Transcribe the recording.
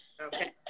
okay